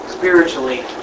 spiritually